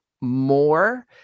more